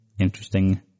interesting